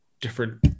different